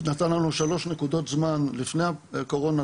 אז נתן לנו שלוש נקודות זמן לפני הקורונה,